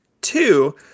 Two